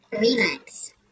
relax